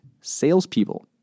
salespeople